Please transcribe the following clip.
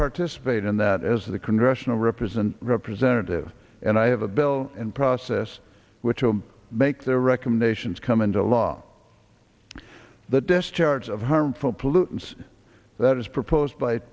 participate in that as the congressional represent representative and i have a bill and process which will make their recommendations come into law the discharge of harmful pollutants that is proposed by